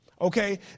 Okay